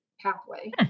pathway